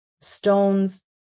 stones